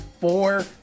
Four